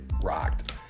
rocked